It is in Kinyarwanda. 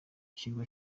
ashyirwa